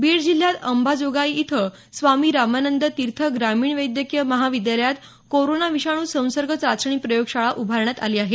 बीड जिल्ह्यात अंबाजोगाई इथं स्वामी रामानंद तीर्थ ग्रामीण वैद्यकीय महाविद्यालयात कोरोना विषाणू संसर्ग चाचणी प्रयोगशाळा उभारण्यात आली आहे